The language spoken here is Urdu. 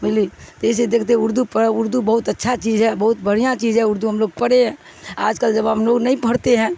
بجھلیے تو اییے دیکتے اردو پڑ اردو بہت اچھا چیز ہے بہت بڑھیا چیز ہے اردو ہم لوگ پڑھے ہیں آج کل جب ہم لوگ نہیں پڑھتے ہیں